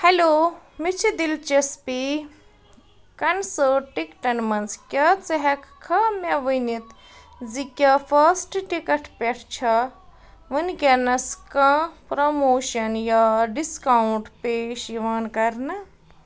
hello مےٚ چھِ دِلچسپی کنسٲٹ ٹِکٹَن منٛز کیٛاہ ژٕ ہٮ۪کہٕ کھا مےٚ ؤنِتھ زِ کیٛاہ فاسٹ ٹِکٹ پٮ۪ٹھ چھا وٕنۍکٮ۪نَس کانٛہہ پرٛموشَن یا ڈِسکاوُنٛٹ پیش یوان کرنہٕ